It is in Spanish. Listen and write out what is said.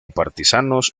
partisanos